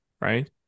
right